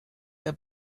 der